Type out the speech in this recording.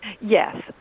Yes